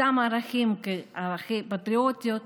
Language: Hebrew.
אותם ערכי פטריוטיות,